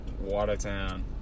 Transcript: Watertown